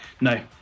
no